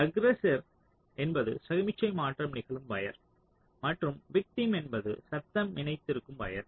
aggressor என்பது சமிக்ஞை மாற்றம் நிகழும் வயர் மற்றும் விக்டிம் என்பது சத்தம் இணைந்திருக்கும் வயர்